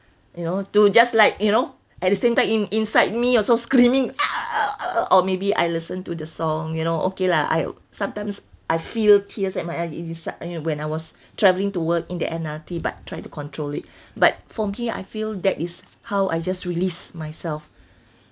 you know to just like you know at the same time in~ inside me also screaming or maybe I listen to the song you know okay lah I sometimes I feel tears at my eyes it is when I was travelling to work in the M_R_T but try to control it but for me I feel that is how I just release myself